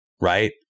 right